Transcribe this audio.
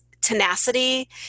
tenacity